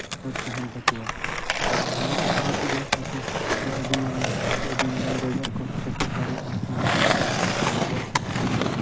ᱩᱭᱦᱟᱹᱨ ᱛᱟᱦᱮᱱ ᱛᱟᱠᱚᱣᱟ ᱛᱟᱦᱞᱮ ᱱᱚᱣᱟ ᱠᱚ ᱛᱟᱞᱟ ᱛᱮᱜᱮ ᱟᱠᱚᱣᱟᱜ ᱟᱹᱰᱤ ᱢᱟᱨᱟᱝ ᱥᱮ ᱟᱹᱰᱤ ᱢᱟᱨᱟᱝ ᱡᱟᱭᱜᱟ ᱨᱮᱠᱚ ᱥᱮᱴᱮᱨ ᱫᱟᱲᱮᱭᱟᱜᱼᱟ ᱟᱵᱚᱣᱟᱜ ᱥᱟᱱᱛᱟᱲᱤ